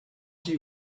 body